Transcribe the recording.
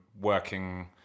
Working